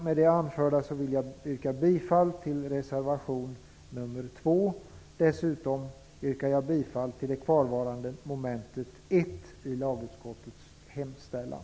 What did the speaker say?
Med det anförda vill jag yrka bifall till reservation nr 2 och dessutom till mom. 1 i lagutskottets hemställan.